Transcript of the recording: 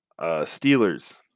Steelers